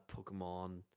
Pokemon